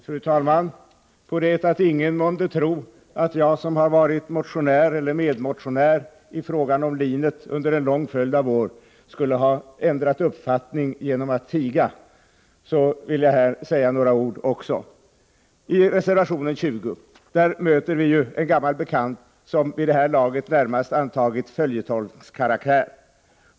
Fru talman! På det att ingen månde tro att jag, som har varit motionär eller medmotionär i fråga om linet under en lång följd av år, skulle ha ändrat uppfattning och visar det genom att tiga vill jag här säga några ord. I reservation 20 möter vi en gammal bekant, som vid det här laget närmast antagit följetongskaraktär.